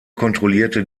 kontrollierte